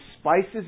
spices